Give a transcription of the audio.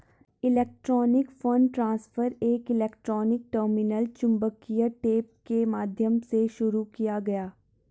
electronic fund transfer एक electronic terminal चुंबकीय tape के माध्यम से शुरू किया गया